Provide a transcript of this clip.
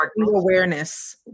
awareness